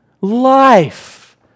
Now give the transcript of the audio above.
life